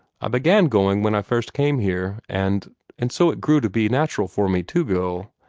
i began going when i first came here, and and so it grew to be natural for me to go.